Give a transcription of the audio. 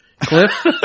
Cliff